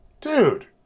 Dude